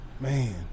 man